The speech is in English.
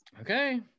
Okay